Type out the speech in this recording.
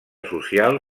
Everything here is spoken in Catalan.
social